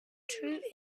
true